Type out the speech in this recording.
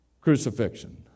crucifixion